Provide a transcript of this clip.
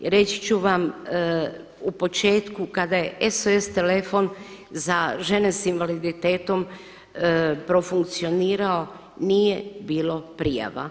Reći ću vam u početku kada je SOS telefon za žene sa invaliditetom profunkcionirao nije bilo prijava.